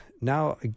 Now